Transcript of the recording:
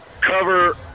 cover